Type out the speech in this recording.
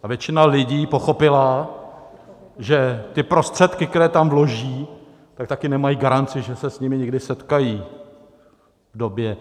A většina lidí pochopila, že ty prostředky, které tam vloží, tak taky nemají garanci, že se s nimi někdy setkají v době...